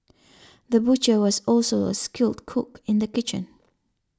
the butcher was also a skilled cook in the kitchen